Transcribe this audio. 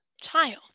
Child